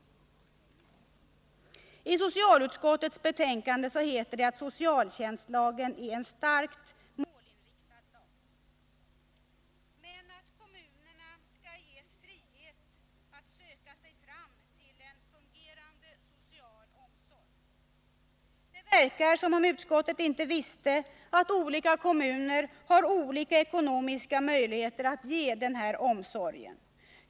I socialutskottets betänkande heter det att socialtjänstlagen är en starkt målinriktad lag, men att kommunerna skall ges frihet att söka sig fram till en fungerande social omsorg. Det verkar som om utskottet inte visste att olika kommuner har olika ekonomiska möjligheter att ge denna omsorg.